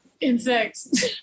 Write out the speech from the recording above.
insects